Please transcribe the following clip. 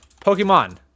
Pokemon